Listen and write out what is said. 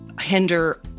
hinder